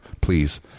please